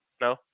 No